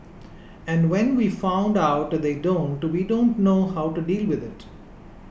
and when we found out they don't we don't know how to deal with it